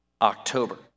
October